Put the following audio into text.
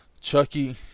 Chucky